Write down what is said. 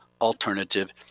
alternative